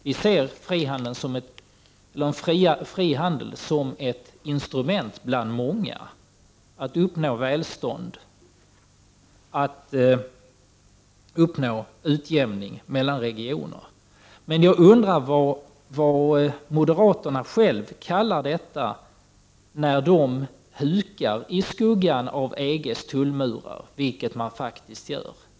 Vi ser fri handel som ett instrument bland många för att uppnå välstånd och utjämning mellan regioner. Jag undrar vad moderaterna själva kallar det, när de hukar i skuggan av EG:s tullmurar, vilket de faktiskt gör.